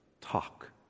talk